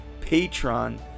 patron